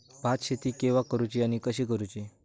भात शेती केवा करूची आणि कशी करुची?